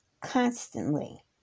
constantly